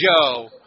Joe